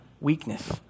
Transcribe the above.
weakness